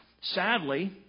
Sadly